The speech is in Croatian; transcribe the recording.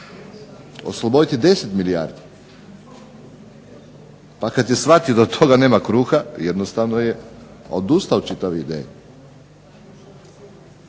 osloboditi 10 milijardi, pa kad je shvatio da od toga nema kruha jednostavno je odustao od čitave ideje.